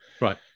Right